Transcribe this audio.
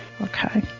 Okay